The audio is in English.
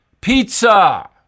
pizza